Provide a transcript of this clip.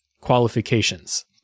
qualifications